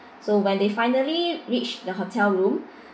so when they finally reached the hotel room